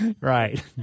Right